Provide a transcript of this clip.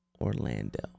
Orlando